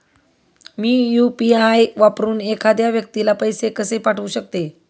मी UPI वापरून एखाद्या व्यक्तीला पैसे कसे पाठवू शकते?